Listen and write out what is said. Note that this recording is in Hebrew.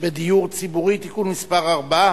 בדיור הציבורי (תיקון מס' 4)